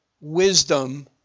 wisdom